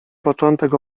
początek